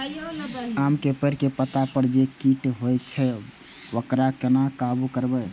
आम के पेड़ के पत्ता पर जे कीट होय छे वकरा केना काबू करबे?